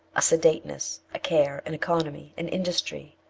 a sedateness, a care, an economy, an industry,